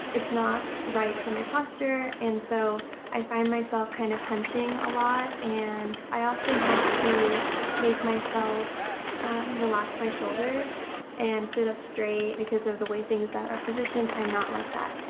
it's not right for my posture and so i find myself kind of hunching a lot and i often have to make myself relax my shoulders and sit up straight because of the way things are positioned i'm not like that.